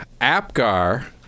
Apgar